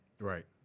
Right